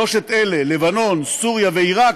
שלוש אלה, לבנון, סוריה ועיראק,